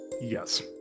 yes